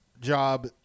job